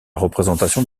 représentation